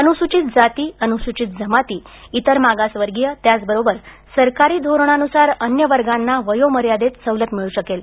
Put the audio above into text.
अनुसूचित जाती अनुसूचित जमाती इतर मागासवर्गीय त्याच बरोबर सरकारी धोरणानुसार अन्य वर्गांना वयोमर्यादेत सवलत मिळू शकेल